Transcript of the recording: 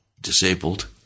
disabled